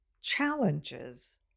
challenges